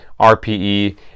RPE